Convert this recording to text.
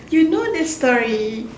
you know the story